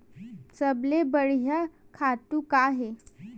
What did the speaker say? सबले बढ़िया खातु का हे?